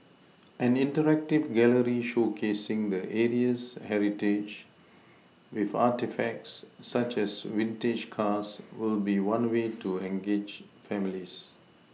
an interactive gallery showcasing the area's heritage with artefacts such as vintage cars will be one way to engage families